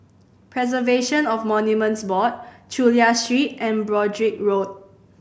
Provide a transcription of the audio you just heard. Preservation of Monuments Board Chulia Street and Broadrick Road